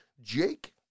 Jake